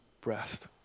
breast